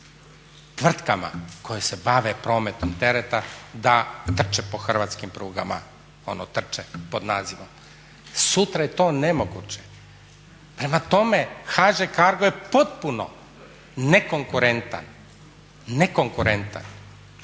tvrtkama koje se bave prometom tereta da trče po hrvatskim prugama, ono trče pod nazivom. Sutra je to nemoguće. Prema tome, HŽ Cargo je potpuno nekonkurentan u tome da